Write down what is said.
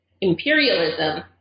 imperialism